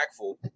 impactful